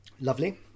lovely